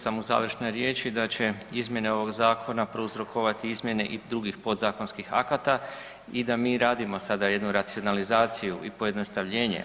Rekao sam u završnoj riječi da će izmjene ovoga zakona prouzrokovati izmjene i drugih podzakonskih akata i da mi radimo sada jednu racionalizaciju i pojednostavljenje.